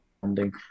funding